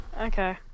Okay